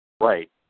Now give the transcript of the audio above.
Right